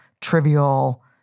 trivial